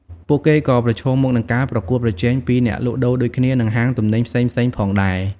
ពួកគេក៏ប្រឈមមុខនឹងការប្រកួតប្រជែងពីអ្នកលក់ដូរដូចគ្នា និងហាងទំនិញផ្សេងៗផងដែរ។